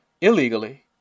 illegally